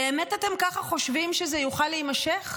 באמת אתם ככה חושבים שזה יוכל להימשך?